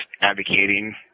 advocating